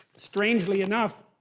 strangely enough,